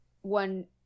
one